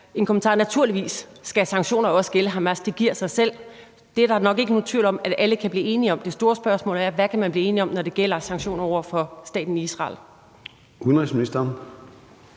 om, at naturligvis skal sanktioner også gælde Hamas. Det giver sig selv. Det er der nok ikke nogen tvivl om at alle kan blive enige om. Det store spørgsmål er: Hvad kan man blive enige om, når det gælder sanktioner over for staten Israel? Kl.